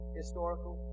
historical